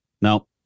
No